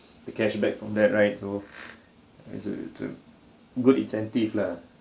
the cash back from that right so it's a it's a good incentive lah